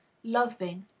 loving,